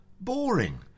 Boring